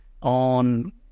on